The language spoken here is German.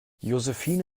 josephine